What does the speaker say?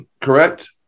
Correct